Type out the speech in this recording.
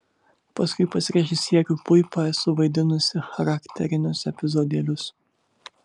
paskui pas režisierių puipą esu vaidinusi charakterinius epizodėlius